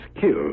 killed